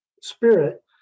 spirit